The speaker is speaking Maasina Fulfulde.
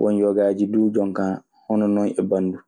Won yogaaji duu jon kaa hono non e banndun.